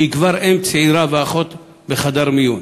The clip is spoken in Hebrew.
שהיא כבר אם צעירה ואחות בחדר מיון: